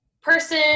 person